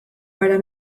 barra